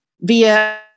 via